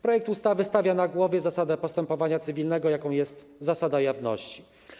Projekt ustawy stawia na głowie zasadę postępowania cywilnego, jaką jest zasada jawności.